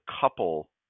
couple